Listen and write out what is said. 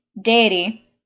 deity